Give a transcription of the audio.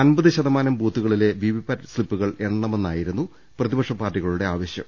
അൻപത് ശതമാനം ബൂത്തുകളിലെ വിവിപാറ്റ് സ്ലിപ്പുകൾ എണ്ണണമെന്നായിരുന്നു പ്രതിപക്ഷ പാർട്ടികളുടെ ആവശ്യം